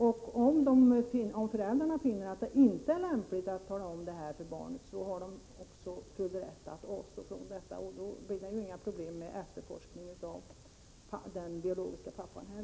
Om föräldrarna finner att det inte är lämpligt att tala om detta för barnet, har de också full rätt att avstå från att göra det. I så fall blir det heller inga problem med efterforskning av den biologiske pappan.